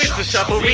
the shuffle